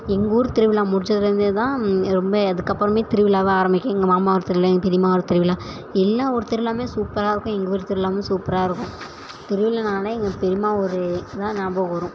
எங்கள் ஊர் திருவிழா முடித்ததுலேருந்தே தான் ரொம்ப அதுக்கப்புறமே திருவிழாவே ஆரம்பிக்கும் எங்கள் மாமா ஊர் திருவிழா எங்கள் பெரியம்மா ஊர் திருவிழா எல்லா ஊர் திருவிழாவுமே சூப்பராக இருக்கும் எங்கள் ஊர் திருவிழாவுமே சூப்பராக இருக்கும் திருவிழானாலே எங்கள் பெரியம்மா ஊர் தான் ஞாபகம் வரும்